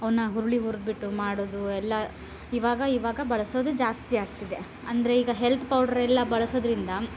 ಅವನ್ನ ಹುರ್ಳಿ ಹುರ್ದು ಬಿಟ್ಟು ಮಾಡೋದು ಎಲ್ಲಾ ಇವಾಗ ಇವಾಗ ಬಳಸೋದು ಜಾಸ್ತಿ ಆಗ್ತಿದೆ ಅಂದರೆ ಈಗ ಹೆಲ್ತ್ ಪೌಡ್ರೆಲ್ಲಾ ಬಳ್ಸೋದರಿಂದ